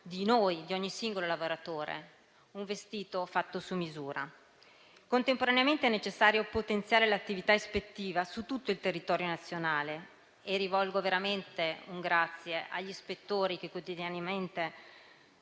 di noi, di ogni singolo lavoratore, come un vestito fatto su misura. Contemporaneamente, è necessario potenziare l'attività ispettiva su tutto il territorio nazionale. Rivolgo veramente un ringraziamento agli ispettori che quotidianamente